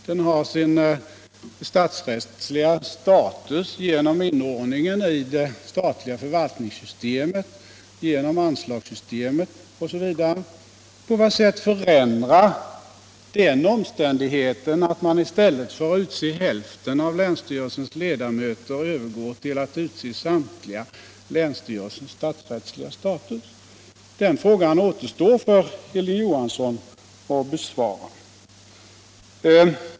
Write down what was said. Den har sin statsrättsliga status genom inordningen i det statliga förvaltningssystemet, anslagssystemet osv. På vilket sätt förändras länsstyrelsens statsrättsliga status av den omständigheten att landstingen i stället för att utse hälften av länsstyrelsens ledamöter övergår till att utse samtliga? Den frågan återstår för Hilding Johansson att besvara.